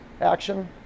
action